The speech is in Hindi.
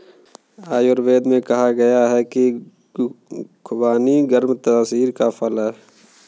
आयुर्वेद में कहा गया है कि खुबानी गर्म तासीर का फल है